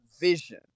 vision